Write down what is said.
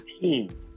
team